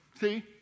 see